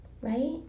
right